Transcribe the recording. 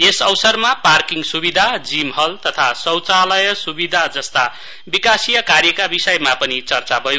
यस अवसरमा पार्किङ सुविधा gym hall तथा शौचालय सुविधा जस्ता विकासीय कार्यका विषयमा पनि चर्चा भयो